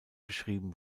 beschrieben